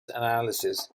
analysis